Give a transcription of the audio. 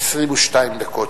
22 דקות.